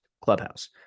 clubhouse